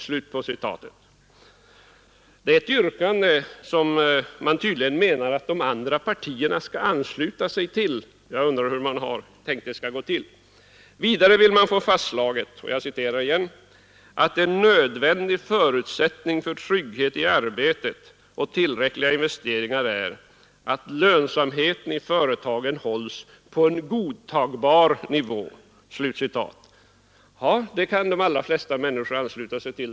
Det är ett yrkande som man tydligen menar att de andra partierna skall ansluta sig till. Jag undrar hur man har tänkt sig att det skall gå till. Vidare vill man få fastslaget ”att en nödvändig förutsättning för trygghet i arbetet och tillräckliga investeringar är att lönsamheten i företagen hålls på en godtagbar nivå.” Detta kan de flesta människor ansluta sig till.